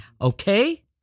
Okay